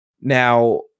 Now